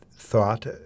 Thought